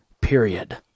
Period